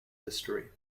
history